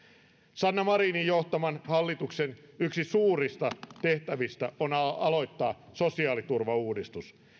sanna marinin johtaman hallituksen yksi suurista tehtävistä on aloittaa sosiaaliturvauudistus